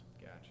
Gotcha